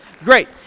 Great